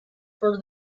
for